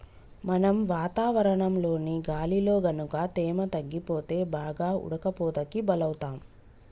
మనం వాతావరణంలోని గాలిలో గనుక తేమ తగ్గిపోతే బాగా ఉడకపోతకి బలౌతాం